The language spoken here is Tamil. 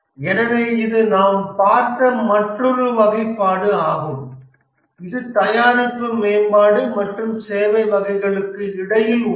எனவே இது நாம் பார்த்த மற்றொரு வகைப்பாடு ஆகும் இது தயாரிப்பு மேம்பாடு மற்றும் சேவை வகைகளுக்கு இடையில் உள்ளது